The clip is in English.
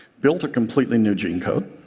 built a completely new gene code,